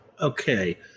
Okay